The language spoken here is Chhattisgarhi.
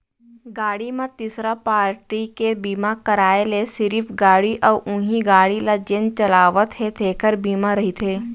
गाड़ी म तीसरा पारटी के बीमा कराय ले सिरिफ गाड़ी अउ उहीं गाड़ी ल जेन चलावत हे तेखर बीमा रहिथे